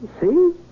See